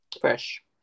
fresh